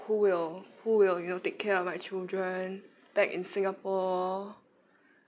who will who will you know take care of my children back in singapore